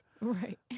Right